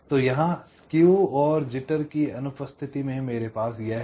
तो यहाँ स्केव और जिटर की अनुपस्थिति में मेरे पास यह है